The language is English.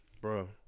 Bro